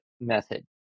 method